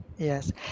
Yes